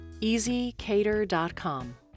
easycater.com